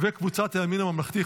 קבוצת הימין הממלכתי,